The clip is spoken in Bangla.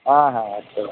হ্যাঁ হ্যাঁ আচ্ছা